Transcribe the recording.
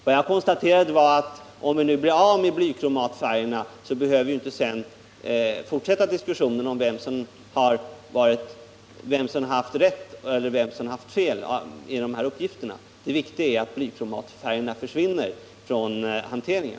Vad jag konstaterade var att om vi nu blir av med blykromatfärgerna så behöver vi sedan inte fortsätta diskussionen om vem som haft rätt och vem som haft fel när det gäller dessa uppgifter. Det viktiga är att blykromatfärgerna försvinner från hanteringen.